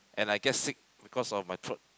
and I get sick because of my throat